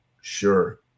Sure